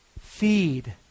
Feed